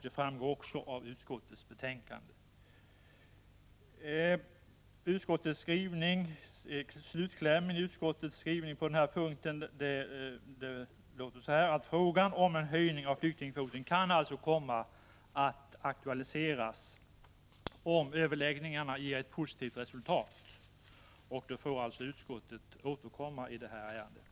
Det framgår också av utskottets betänkande. Slutklämmen i utskottets skrivning på den här punkten lyder så här: ”Frågan om en höjning av flyktingkvoten kan komma att aktualiseras om — Överläggningarna ger ett positivt resultat”. Då får utskottet återkomma i det här ärendet.